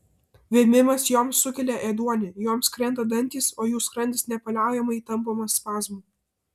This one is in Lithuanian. vėmimas joms sukelia ėduonį joms krenta dantys o jų skrandis nepaliaujamai tampomas spazmų